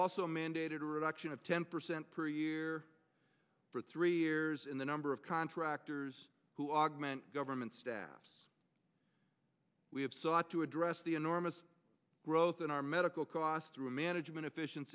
also mandated a reduction of ten percent per year for three years in the number of contractors who augment government staffs we have sought to address the enormous growth in our medical costs through management efficien